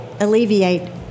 alleviate